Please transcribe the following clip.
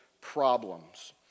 problems